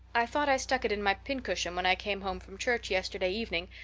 i thought i stuck it in my pincushion when i came home from church yesterday evening,